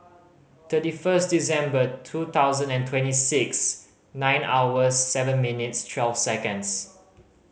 thirty first December two thousand and twenty six nine hours seven minutes twelve seconds